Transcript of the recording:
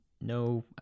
no